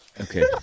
Okay